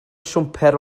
siwmper